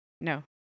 no